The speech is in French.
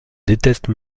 déteste